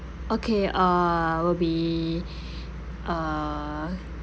okay uh will be uh